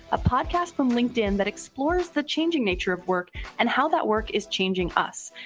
a podcast from linkedin that explores the changing nature of work and how that work is changing us.